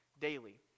daily